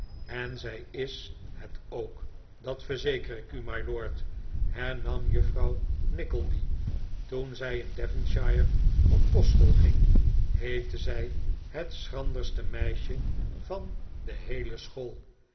en zij is het ook dat verzeker ik u myr lord hernam juffrouw nickleby toen zij in devonshire op kostschool ging heette zij het schranderste meisje van de heele school